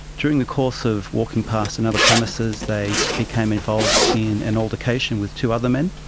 during the course of walking past another premises they became involved in an altercation with two other men.